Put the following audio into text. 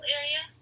area